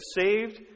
saved